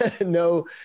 no